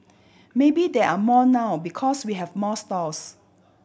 maybe there are more now because we have more stalls